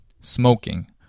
smoking